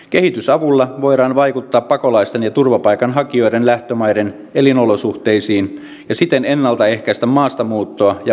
kehitysavulla voidaan vaikuttaa pakolaisten ja turvapaikanhakijoiden lähtömaiden elinolosuhteisiin ja siten ennaltaehkäistä maastamuuttoa ja pakolaisuutta